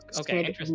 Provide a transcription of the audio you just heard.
Okay